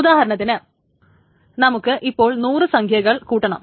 ഉദാഹരണത്തിനു നമുക്ക് ഇപ്പോൾ 100 സംഖ്യകൾ കൂട്ടണം